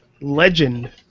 legend